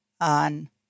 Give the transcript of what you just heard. on